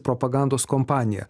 propagandos kompanija